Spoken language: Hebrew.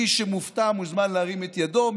מי שמופתע, מוזמן להרים את ידו.